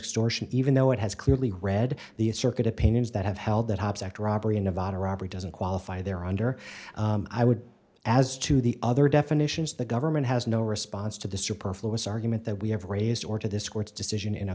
extortion even though it has clearly read the circuit opinions that have held that object robbery in nevada robbery doesn't qualify there under i would as to the other definitions the government has no response to the superfluous argument that we have raised or to this court's decision in a